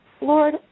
Lord